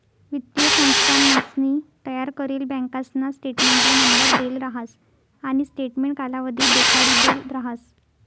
वित्तीय संस्थानसनी तयार करेल बँकासना स्टेटमेंटले नंबर देल राहस आणि स्टेटमेंट कालावधी देखाडिदेल राहस